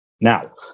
Now